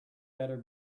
better